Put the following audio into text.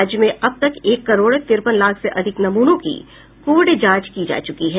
राज्य में अब तक एक करोड़ तिरपन लाख से अधिक नमूनों की कोविड जांच की जा चुकी है